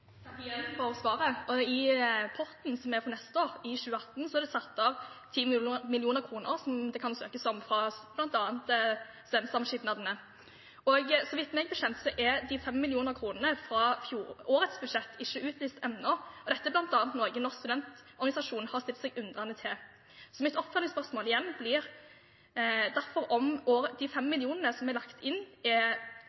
svaret. I potten som er for neste år, 2018, er det satt av 10 mill. kr som det kan søkes om fra bl.a. studentskipnadene. Meg bekjent er de 5 mill. kr fra årets budsjett ikke utlyst ennå. Dette er noe bl.a. Norsk studentorganisasjon har stilt seg undrende til. Mitt oppfølgingsspørsmål blir derfor om de